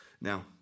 Now